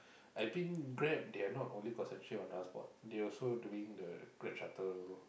I think Grab they are not only concentrating on transport they also doing the Grab Shuttle